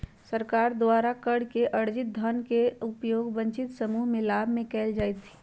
सरकार द्वारा कर से अरजित धन के उपयोग वंचित समूह के लाभ में कयल जाईत् हइ